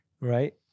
right